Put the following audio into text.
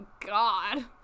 God